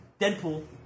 Deadpool